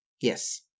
Yes